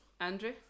andrew